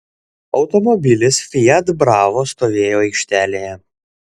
automobilis fiat bravo stovėjo aikštelėje